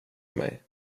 mig